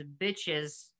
bitches